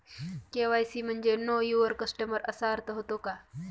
KYC म्हणजे know your customer असा अर्थ होतो का?